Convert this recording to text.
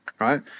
right